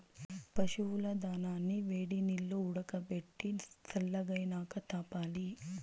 పశువుల దానాని వేడినీల్లో ఉడకబెట్టి సల్లగైనాక తాపాలి